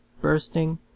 bursting